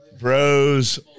Bros